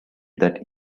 that